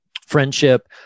friendship